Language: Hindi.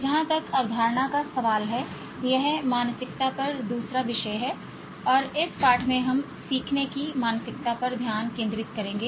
जहां तक अवधारणा का सवाल है यह मानसिकता पर दूसरा विषय है और इस पाठ में हम सीखने की मानसिकता पर ध्यान केंद्रित करेंगे